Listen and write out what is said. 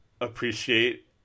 appreciate